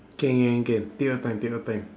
can can can take your time take your time